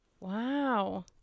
Wow